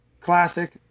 classic